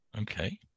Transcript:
Okay